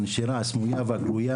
הנשירה הסמויה והגלויה